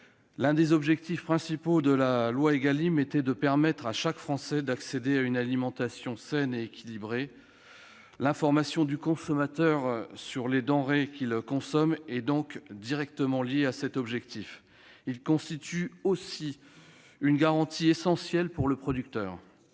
L'un des objectifs principaux de la loi Égalim était de permettre à chaque Français d'accéder à une alimentation saine et équilibrée. L'information du consommateur sur les denrées qu'il consomme est donc directement liée à cet objectif. Elle constitue aussi une garantie essentielle pour le producteur.